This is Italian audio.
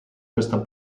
questa